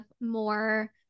more